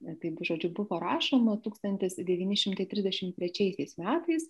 na taip žodžiu buvo rašoma tūkstantis devyni šimtai trisdešimt trečiaisiais metais